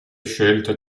scelte